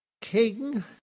king